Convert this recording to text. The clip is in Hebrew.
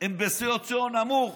הם בסוציו נמוך,